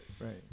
Right